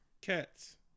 cats